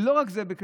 ולא רק זה,